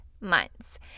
months